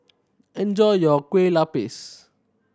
enjoy your Kueh Lapis